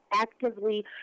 actively